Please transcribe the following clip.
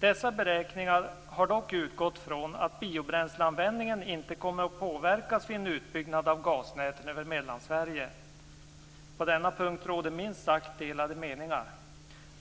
Dessa beräkningar har dock utgått från att biobränsleanvändningen inte kommer att påverkas vid utbyggnad av gasnäten över Mellansverige. På denna punkt råder minst sagt delade meningar.